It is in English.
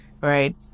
right